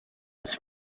his